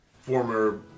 former